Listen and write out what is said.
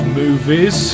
movies